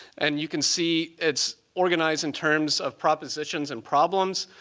and you can see it's organized in terms of propositions and problems.